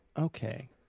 Okay